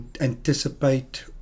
anticipate